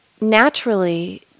naturally